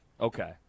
Okay